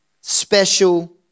special